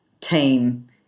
team